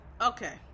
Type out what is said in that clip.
okay